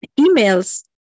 emails